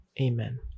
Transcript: Amen